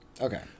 Okay